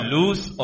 lose